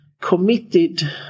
committed